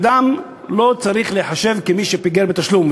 אדם לא צריך להיחשב כמי שפיגר בתשלום.